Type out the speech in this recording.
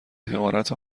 حقارت